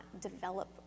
develop